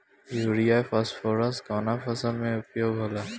Urea phosphorus कवना फ़सल में उपयोग होला?